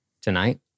tonight